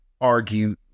argue